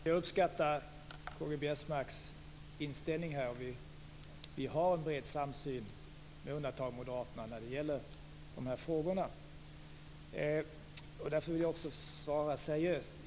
Fru talman! Jag uppskattar K-G Biörsmarks inställning här. Det finns en bred samsyn mellan partierna, med undantag av moderaterna, i de här frågorna. Därför vill jag svara seriöst.